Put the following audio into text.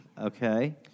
Okay